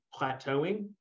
plateauing